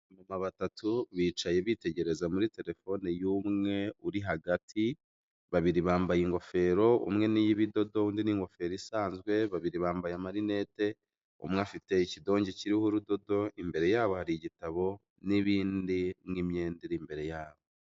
Abamama batatu bicaye bitegereza muri terefone yumwe uri hagati, babiri bambaye ingofero umwe n'iy'ibido undi n'ingofero isanzwe, babiri bambaye amarinete, umwe afite ikidongi kiriho urudodo, imbere yabo hari igitabo n'ibindi nk'imyenda iri imbere yabo.